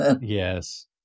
yes